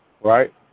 right